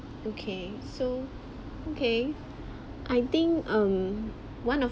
okay so okay I think um one of